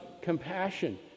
compassion